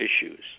issues